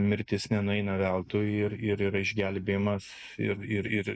mirtis nenueina veltui ir ir yra išgelbėjimas ir ir